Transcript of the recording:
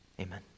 amen